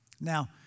Now